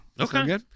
Okay